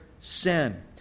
sin